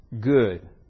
good